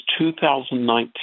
2019